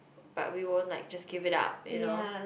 but we won't like just give it up you know